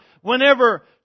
whenever